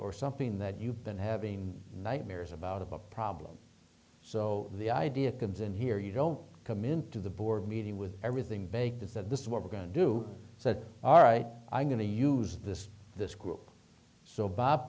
or something that you've been having nightmares about of a problem so the idea comes in here you don't come into the board meeting with everything baked is that this is what we're going to do said all right i'm going to use this this group so bob